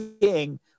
King